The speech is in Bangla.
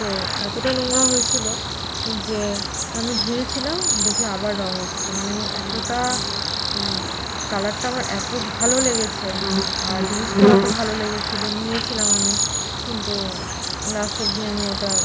তো এতটা নোংরা হয়েছিল যে আমি ধুয়েছিলাম দেখি আবার রং উঠছে মানে আমি এতটা কালারটা আমার এত ভালো লেগেছে আর জিনিসটাও এত ভালো লেগেছিল নিয়েছিলাম আমি কিন্তু লাস্ট অবধি আমি ওটা